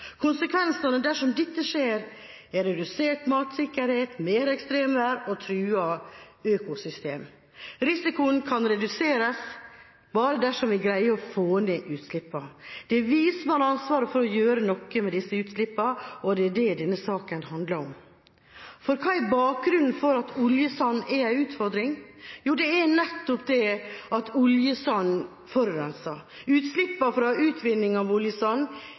Konsekvensene dersom dette skjer, er redusert matsikkerhet, mer ekstremvær og truede økosystemer. Risikoen kan reduseres bare dersom vi greier å få ned utslippene. Det er vi som har ansvaret for å gjøre noe med disse utslippene, og det er det denne saken handler om. For hva er bakgrunnen for at oljesand er en utfordring? Jo, det er nettopp det at oljesand forurenser. Utslippene fra utvinning av oljesand